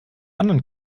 anderen